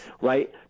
right